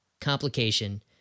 complication